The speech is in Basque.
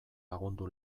lagundu